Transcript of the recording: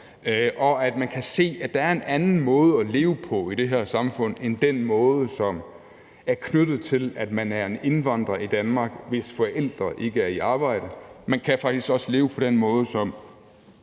kan det se, er der en anden måde at leve på i det her samfund end den måde, som er knyttet til, at man er en indvandrer i Danmark, hvis forældre ikke er i arbejde. Man faktisk også kan leve på den måde, som